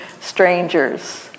strangers